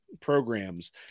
programs